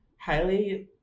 highly